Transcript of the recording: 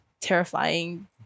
terrifying